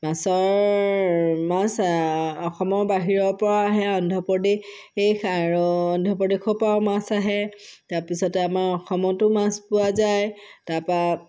মাছৰ মাছ অসমৰ বাহিৰৰপৰা আহে অন্ধ্ৰ প্ৰদেশ আৰু অন্ধ্ৰ প্ৰদেশৰপৰাও মাছ আহে তাৰপাছতে আমাৰ অসমতো মাছ পোৱা যায় তাৰপৰা